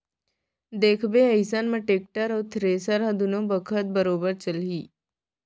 देखबे अइसन म तोर टेक्टर अउ थेरेसर ह दुनों बखत बरोबर चलही